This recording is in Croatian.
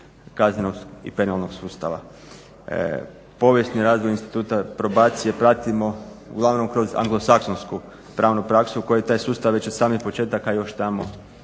kaznenog i penalnog sustava. Povijesni razvoj instituta probacije pratimo uglavnom kroz anglosaksonsku pravnu praksu koji taj sustav već od samih početaka još tamo